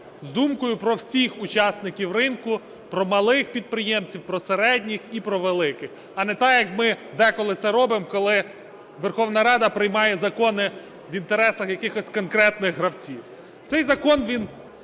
з думкою про всіх учасників ринку, про малих підприємців, про середніх і про великих. А не так, як ми деколи це робимо, коли Верховна Рада приймає закони в інтересах якихось конкретних гравців. Цей закон, він